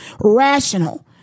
rational